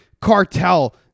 cartel